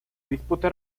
disputa